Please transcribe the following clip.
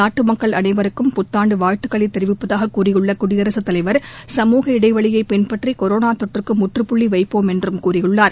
நாட்டு மக்கள் அனைவருக்கும் புத்தாண்டு வாழ்த்துக்களை தெரிவிப்பதாக கூறியுள்ள குடியரசுத் தலைவர் சமூக இடைவெளியை பின்பற்றி கொரோனா தொற்றுக்கு முற்றுப்புள்ளி வைப்போம் என்றும் கூறியுள்ளார்